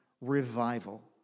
Revival